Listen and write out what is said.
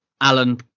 Alan